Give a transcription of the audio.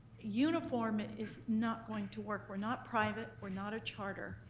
uniform is not going to work. we're not private, we're not a charter.